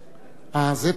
זה טוב,